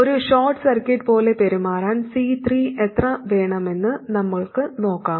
ഒരു short circuit പോലെ പെരുമാറാൻ C3 എത്ര വേണമെന്ന് നമ്മൾ നോക്കണം